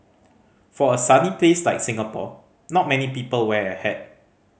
for a sunny place like Singapore not many people wear a hat